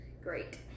great